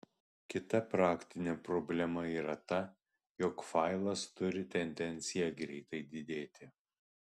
kita praktinė problema yra ta jog failas turi tendenciją greitai didėti